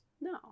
No